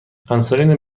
انسولین